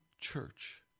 church